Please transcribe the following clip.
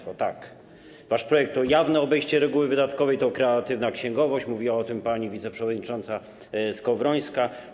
Wasz projekt to jawne obejście reguły wydatkowej, to kreatywna księgowość, mówiła o tym pani wiceprzewodnicząca Skowrońska.